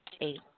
eight